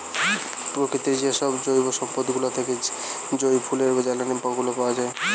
প্রকৃতির যেসব জৈব সম্পদ গুলা থেকে যই ফুয়েল বা জ্বালানি গুলা বানায়